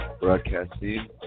Broadcasting